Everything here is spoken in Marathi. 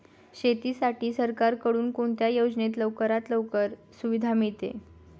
शेतीसाठी सरकारकडून कोणत्या योजनेत लवकरात लवकर सुविधा मिळते?